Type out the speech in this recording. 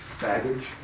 Baggage